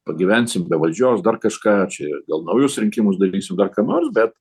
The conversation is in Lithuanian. pagyvensim be valdžios dar kažką čia ir gal naujus rinkimus darysim dar ką nors bet